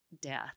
death